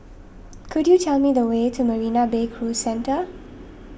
could you tell me the way to Marina Bay Cruise Centre